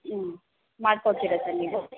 ಹ್ಞೂ ಮಾಡಿಡ್ತೀರಾ ಸರ್ ನೀವು